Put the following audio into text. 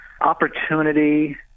opportunity